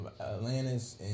Atlantis